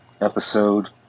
episode